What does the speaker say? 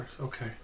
Okay